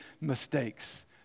mistakes